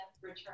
return